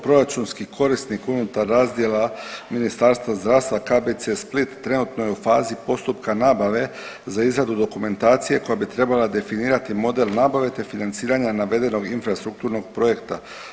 Proračunski korisnik unutar razdjela Ministarstva zdravstva KBC Split trenutno je u fazi postupka nabave za izradu dokumentacije koja bi trebala definirati model nabave te financiranja navedenog infrastrukturnog projekta.